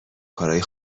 کارای